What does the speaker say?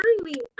currently